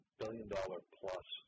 billion-dollar-plus